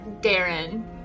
Darren